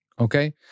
Okay